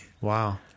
Wow